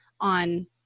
on